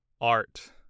art